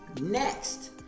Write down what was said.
Next